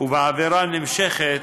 בעבירה נמשכת,